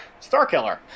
Starkiller